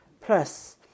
Plus